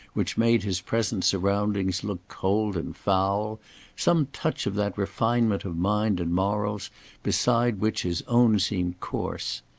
which made his present surroundings look cold and foul some touch of that refinement of mind and morals beside which his own seemed coarse.